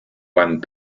one